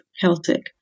Celtic